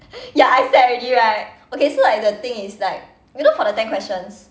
ya I set already right okay so like the thing is like you know for the ten questions